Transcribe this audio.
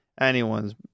anyone's